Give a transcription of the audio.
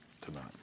tonight